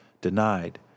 denied